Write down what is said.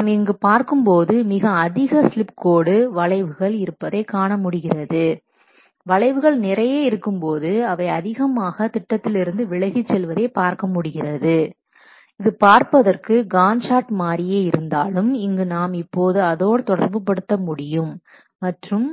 நாம் இங்கு பார்க்கும்போது மிக அதிக ஸ்லிப் கோடு வளைவுகள் இருப்பதை காண காணமுடிகிறது வளைவுகள் நிறைய இருக்கும்போது அவை அதிகமாக திட்டத்தில் இருந்து விலகிச் செல்வதை பார்க்க முடிகிறது இது பார்ப்பதற்கு காண்ட் சார்ட் மாறியே இருந்தாலும் இங்கு நாம் இப்போது அதோடு தொடர்புபடுத்த முடியும் மற்றும்